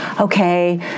okay